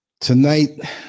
Tonight